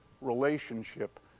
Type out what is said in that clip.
relationship